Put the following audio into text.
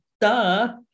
Duh